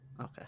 Okay